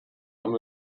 haben